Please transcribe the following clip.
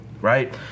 right